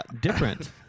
Different